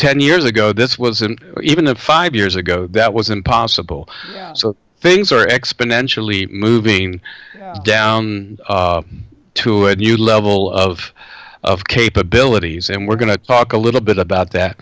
ten years ago this wasn't even a five years ago that wasn't possible so things are exponentially moving down to a new level of of capabilities and we're going to talk a little bit about that